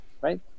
right